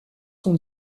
son